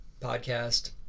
podcast